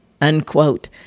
unquote